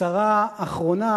קצרה אחרונה: